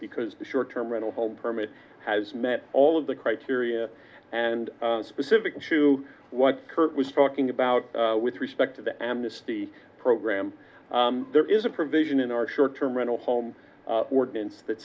because the short term rental home permit has met all of the criteria and specific to what kurt was talking about with respect to the amnesty program there is a provision in our short term rental home ordinance that